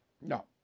No